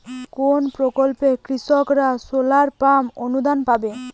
কোন প্রকল্পে কৃষকরা সোলার পাম্প অনুদান পাবে?